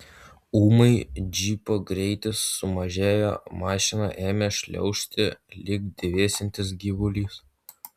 ūmai džipo greitis sumažėjo mašina ėmė šliaužti lyg dvesiantis gyvulys